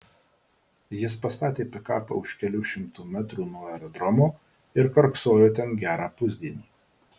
jis pastatė pikapą už kelių šimtų metrų nuo aerodromo ir karksojo ten gerą pusdienį